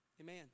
Amen